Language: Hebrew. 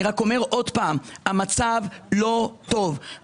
אני רק אומר שוב, המצב לא טוב.